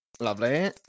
Lovely